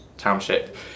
township